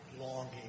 longing